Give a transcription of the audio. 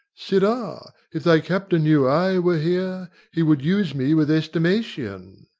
sirrah, if thy captain knew i were here he would use me with estimation.